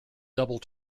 double